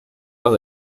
los